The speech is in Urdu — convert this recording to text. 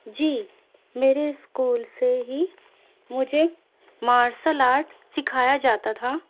جی میرے اسکول سے ہی مجھے مارسل آرٹ سکھایا جاتا تھا